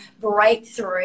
breakthrough